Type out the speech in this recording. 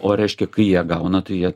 o reiškia kai jie gauna tai jie